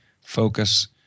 focus